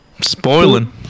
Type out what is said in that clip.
Spoiling